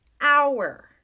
hour